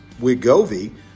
Wigovi